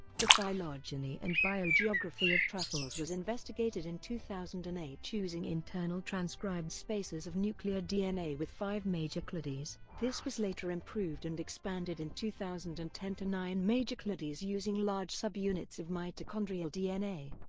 the phylogeny and biogeography of truffles was investigated in two thousand and eight using internal transcribed spacers of nuclear dna with five major clades this was later improved and expanded in two thousand and ten to nine major clades using large subunits of mitochondrial dna.